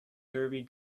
derby